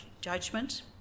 judgment